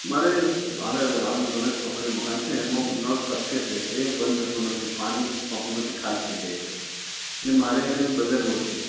મારે મારે આણંદ ગણેશ ચોકડીએ મકાન છે એમાં હુ નળ ટપકે છે એ બંધ થતો નથી પાણી ટાંકી બધી ખાલી થઈ જાય છે ને મારે એને બદલવો છે